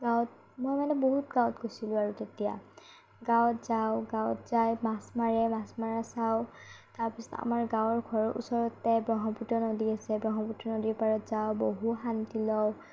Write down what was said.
গাঁৱত মই মানে বহুত গাঁৱত গৈছিলো আৰু তেতিয়া গাঁৱত যাওঁ গাঁৱত যাই মাছ মাৰে মাছ মৰা চাওঁ তাৰপিছত আমাৰ গাঁৱৰ ঘৰৰ ওচৰতে ব্ৰহ্মপুত্ৰ নদী আছে ব্ৰহ্মপুত্ৰ নদীৰ পাৰত যাওঁ বহোঁ শান্তি লওঁ